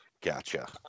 Gotcha